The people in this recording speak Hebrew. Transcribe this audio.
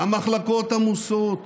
המחלקות עמוסות,